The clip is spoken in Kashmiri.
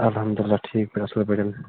الحمدُاللہ ٹھیٖک پٲٹھۍ اصٕل پٲٹھۍ